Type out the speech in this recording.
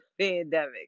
pandemic